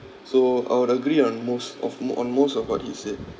so I would agree on most of mo~ on most of what he said